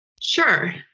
Sure